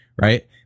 Right